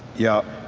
yeah.